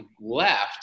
left